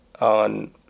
on